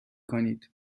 کنید